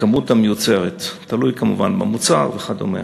בכמות המיוצרת, תלוי כמובן במוצר וכדומה.